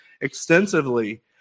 extensively